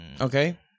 Okay